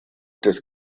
des